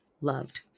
loved